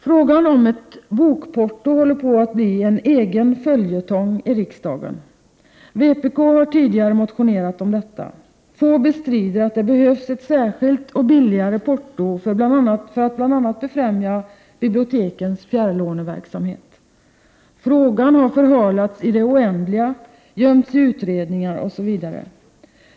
Frågan om ett bokporto håller på att bli en egen följetong i riksdagen. Vpk har tidigare motionerat om detta. Få bestrider att det behövs ett särskilt och billigare porto för att bl.a. befrämja bibliotekens fjärrlåneverksamhet. Frågan har förhalats i det oändliga, gömts i utredningar osv.